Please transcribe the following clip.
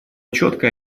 четко